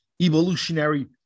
Evolutionary